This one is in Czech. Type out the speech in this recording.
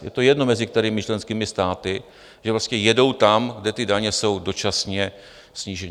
Je to jedno, mezi kterými členskými státy, že prostě jedou tam, kde ty daně jsou dočasně snížené.